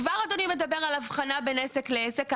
כבר אדוני מדבר על הבחנה בין עסק לעסק.